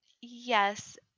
Yes